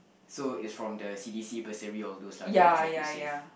so it's from the C_D_C bursary all those lah that you try to save